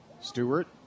Stewart